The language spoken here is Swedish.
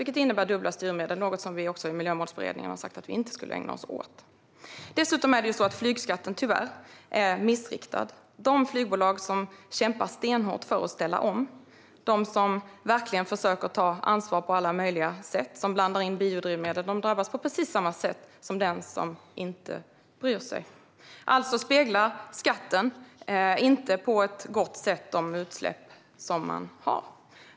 Detta innebär dubbla styrmedel, vilket är något som vi i Miljömålsberedningen har sagt att vi inte ska ägna oss åt. Dessutom är det så att flygskatten tyvärr är missriktad. De flygbolag som kämpar stenhårt för att ställa om, som verkligen försöker att ta ansvar på alla möjliga sätt och som blandar in biodrivmedel, drabbas på precis samma sätt som den som inte bryr sig. Alltså speglar skatten inte på ett gott sätt de utsläpp som man har.